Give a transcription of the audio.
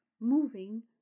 moving